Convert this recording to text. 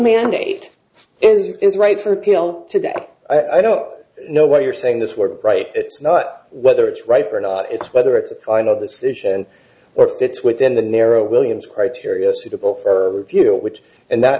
mandate is is right for appeal to that i don't know what you're saying this word right it's not whether it's right or not it's whether it's a final decision or fits within the narrow williams criteria suitable for view which and